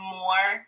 more